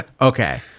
Okay